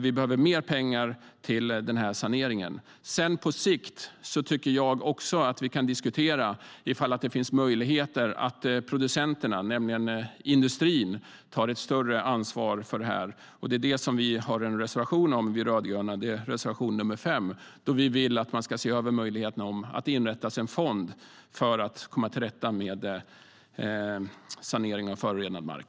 Vi behöver mer pengar till den här saneringen. På sikt kan vi, tycker jag, diskutera om det finns möjligheter att få producenterna, industrin, att ta ett större ansvar för det här. Vi rödgröna har en reservation om det - reservation 5. Vi vill att man ser över möjligheterna att inrätta en fond just för att komma till rätta med saneringen av förorenad mark.